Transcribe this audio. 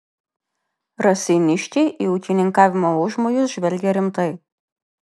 raseiniškiai į ūkininkavimo užmojus žvelgė rimtai